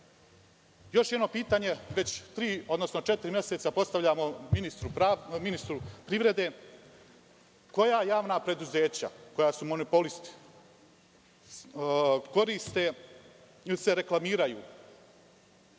jedno pitanje koje već tri, odnosno četiri meseca postavljamo ministru privrede – koja javna preduzeća, koja su monopolisti, koriste ili se reklamiraju?